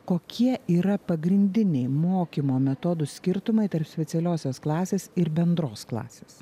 kokie yra pagrindiniai mokymo metodų skirtumai tarp specialiosios klasės ir bendros klasės